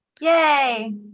Yay